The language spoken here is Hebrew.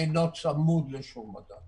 אינו צמוד לשום מדד,